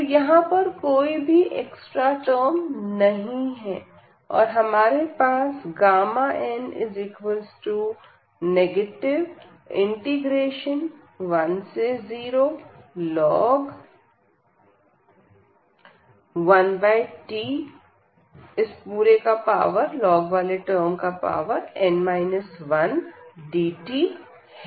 तो यहां पर कोई भी एक्स्ट्रा टर्म नहीं है और हमारे पास n 10 1t n 1dt है